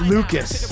Lucas